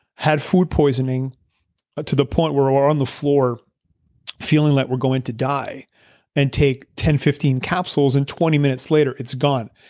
had food poisoning to the point where we're on the floor feeling like we're going to die and take ten, fifteen capsules and twenty minutes later it's gone